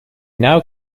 now